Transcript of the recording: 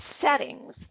settings